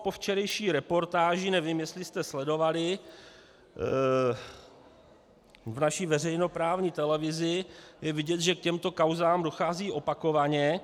Po včerejší reportáži, nevím, jestli jste sledovali v naší veřejnoprávní televizi, je vidět, že k těmto kauzám dochází opakovaně.